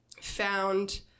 found